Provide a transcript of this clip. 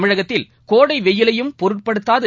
தமிழகத்தில் கோடை வெயிலையும் பொருட்படுத்தாது